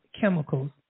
chemicals